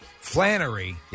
Flannery